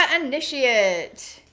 initiate